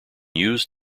used